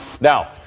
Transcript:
Now